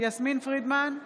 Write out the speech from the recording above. יסמין פרידמן,